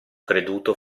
creduto